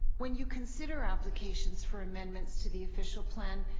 when you consider applications for amendments to the official plan,